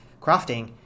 crafting